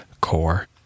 core